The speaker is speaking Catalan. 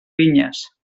vinyes